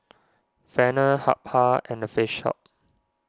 Feather Habhal and the Face Hope